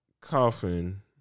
coffin